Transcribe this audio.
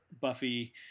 Buffy